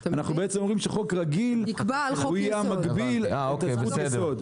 אנחנו בעצם אומרים שחוק רגיל יהיה מקביל לחוק-יסוד.